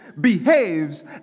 behaves